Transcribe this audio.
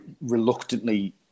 reluctantly